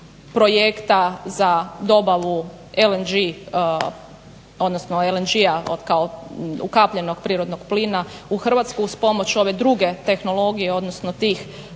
projekta za dobavu LNG-a kao ukapljenog prirodnog plina u Hrvatsku uz pomoć ove druge tehnologije odnosno tih